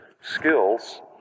skills